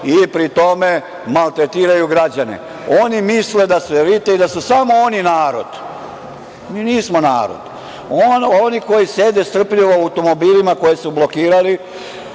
i pri tome maltretiraju građane. Oni misle da su elita i da su samo oni narod. Mi nismo narod. Oni koji sede strpljivo u automobilima koje su blokirali